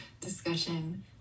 discussion